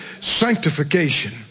Sanctification